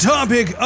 Topic